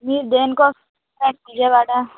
మీరు దేని కోసం వచ్చారు విజయవాడ